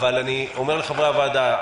אבל אני אומר לחברי הוועדה,